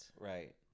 right